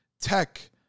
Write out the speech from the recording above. tech